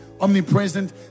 omnipresent